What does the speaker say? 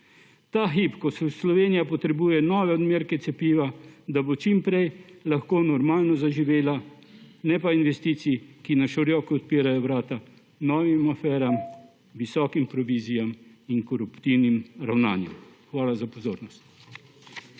Ta hip Slovenija potrebuje nove odmerke cepiva, da bo čim prej lahko normalno zaživela, ne pa investicij, ki na široko odpirajo vrata novim aferam, visokim provizijam in koruptivnim ravnanjem. Hvala za pozornost.